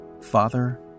Father